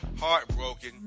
heartbroken